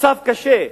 מצב קשה,